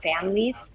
families